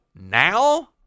now